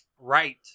Right